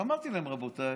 אז אמרתי להם: רבותיי,